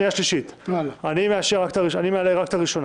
אני מעלה רק את הראשונה.